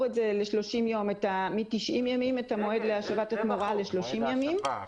את המועד להשבת התמורה מ-90 ימים ל-30 ימים.